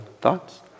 Thoughts